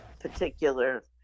particular